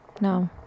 no